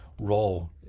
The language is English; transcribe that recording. role